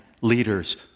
leaders